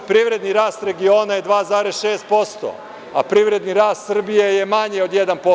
Privredni rast regiona je 2,6%, a privredni rast Srbije je manji od 1%